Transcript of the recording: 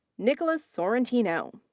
nicholas sorantino.